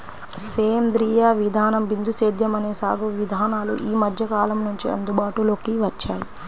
సేంద్రీయ విధానం, బిందు సేద్యం అనే సాగు విధానాలు ఈ మధ్యకాలం నుంచే అందుబాటులోకి వచ్చాయి